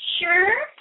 Sure